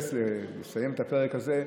לסיים את הפרק הזה,